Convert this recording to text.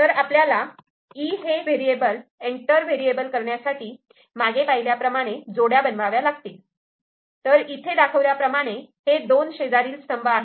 तर आपल्याला 'E' हे व्हेरिएबल एंटर वेरिएबल करण्यासाठी मागे पाहिल्याप्रमाणे जोड्या बनवाव्या लागतील तर इथे दाखवल्याप्रमाणे हे दोन शेजारील स्तंभ आहेत